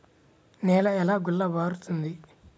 నేల ఎలా గుల్లబారుతుంది?